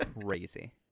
crazy